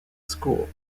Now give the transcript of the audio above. school